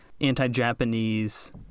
anti-Japanese